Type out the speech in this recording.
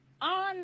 on